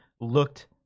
looked